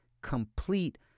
complete